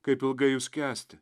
kaip ilgai jus kęsti